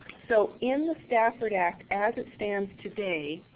so, in the stafford act, as it stands today,